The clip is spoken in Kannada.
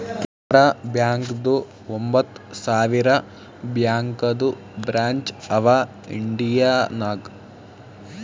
ಕೆನರಾ ಬ್ಯಾಂಕ್ದು ಒಂಬತ್ ಸಾವಿರ ಬ್ಯಾಂಕದು ಬ್ರ್ಯಾಂಚ್ ಅವಾ ಇಂಡಿಯಾ ನಾಗ್